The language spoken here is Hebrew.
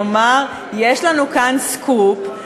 כלומר יש לנו כאן סקופ,